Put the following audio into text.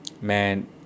Man